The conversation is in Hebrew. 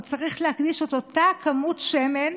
צריך להקדיש את אותה כמות שמן